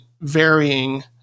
varying